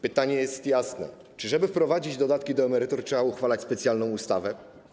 Pytanie jest jasne: Czy żeby wprowadzić dodatki do emerytur, trzeba uchwalać specjalną ustawę?